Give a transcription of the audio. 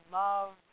love